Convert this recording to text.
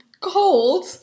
cold